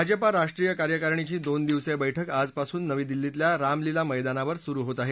भाजपा राष्ट्रीय कार्यकारिणीची दोनदिवसीय बैठक आजपासून नवी दिल्लीतल्या रामलीला मैदानावर सुरु होत आहे